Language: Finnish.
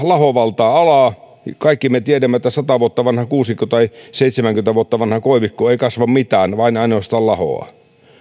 laho valtaa alaa kaikki me tiedämme että sata vuotta vanha kuusikko tai seitsemänkymmentä vuotta vanha koivikko ei kasva mitään vain ja ainoastaan lahoaa